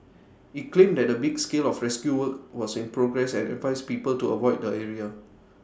IT claimed that A big scale of rescue work was in progress and advised people to avoid the area